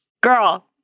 Girl